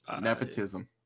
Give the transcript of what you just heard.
Nepotism